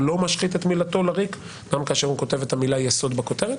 הוא לא משחית את מילתו לריק גם כאשר הוא כותב את המילה יסוד בכותרת.